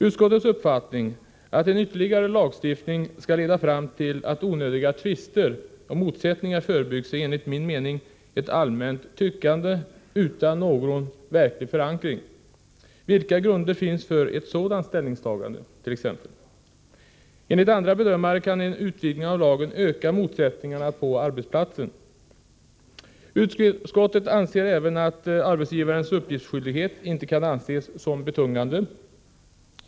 Utskottets uppfattning att en ytterligare lagstiftning skulle leda till att onödiga tvister och motsättningar förebyggs är enligt min mening ett allmänt tyckande utan någon verklighetsförankring. Vilka grunder finns för utskottets ställningstagande? Enligt vissa bedömare kan en utvidgning av lagen öka motsättningarna på arbetsplatsen. Utskottet menar även att arbetsgivarens uppgiftsskyldighet inte kan anses som betungande.